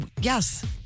Yes